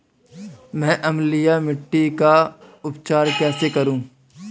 मैं अम्लीय मिट्टी का उपचार कैसे करूं?